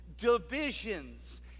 divisions